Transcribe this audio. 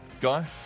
guy